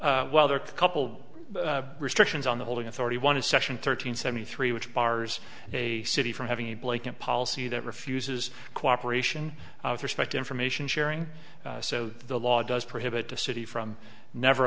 authority well there are couple restrictions on the holding authority one is section thirteen seventy three which bars a city from having a blanket policy that refuses cooperation with respect information sharing so the law does prohibit the city from never